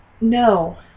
No